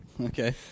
Okay